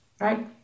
Right